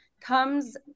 comes